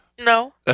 No